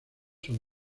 son